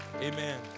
Amen